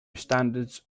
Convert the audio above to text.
standards